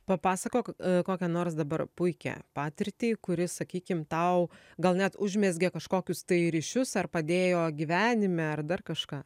papasakok kokią nors dabar puikią patirtį kuri sakykim tau gal net užmezgė kažkokius tai ryšius ar padėjo gyvenime ar dar kažką